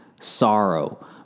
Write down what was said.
sorrow